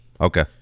Okay